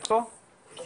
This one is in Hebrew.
שיר אנחנו